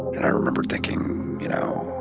and i remember thinking you know,